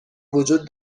وجود